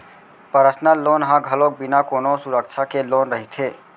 personal loan ह घलोक बिना कोनो सुरक्छा के लोन रहिथे